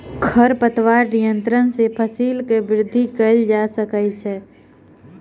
खरपतवार नियंत्रण सॅ फसीलक वृद्धि कएल जा सकै छै